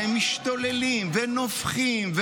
והם משתוללים ונובחים,